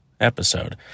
episode